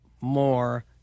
more